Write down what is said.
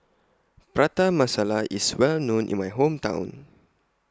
Prata Masala IS Well known in My Hometown